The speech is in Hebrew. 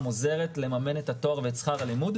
עוזרת לממן את התואר ואת שכר הלימוד,